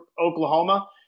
Oklahoma